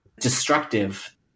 destructive